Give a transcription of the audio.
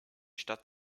stadt